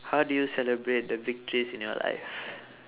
how do you celebrate the victories in your life